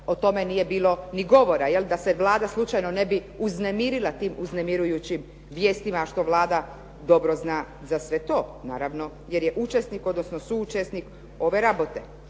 o tome nije bilo ni govora da se Vlada slučajno ne bi uznemirila tim uznemirujućim vijestima što Vlada dobro zna za sve to, naravno jer je učesnik odnosno suučesnik ove rabote.